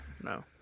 no